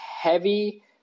heavy